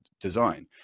design